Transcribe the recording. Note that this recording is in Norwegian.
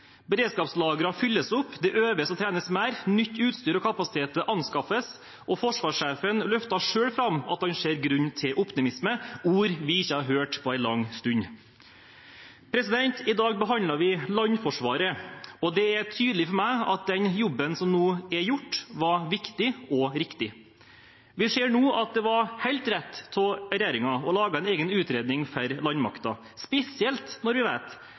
fylles opp, det øves og trenes mer, nytt utstyr og kapasitet anskaffes, og forsvarssjefen løftet selv fram at han ser grunn til optimisme – ord vi ikke har hørt på en lang stund. I dag behandler vi en sak om landforsvaret, og det er tydelig for meg at den jobben som nå er gjort, var viktig og riktig. Vi ser nå at det var helt rett av regjeringen å lage en egen utredning for landmakten, spesielt når vi vet